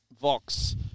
Vox